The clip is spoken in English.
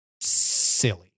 silly